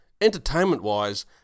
Entertainment-wise